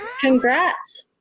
congrats